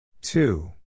Two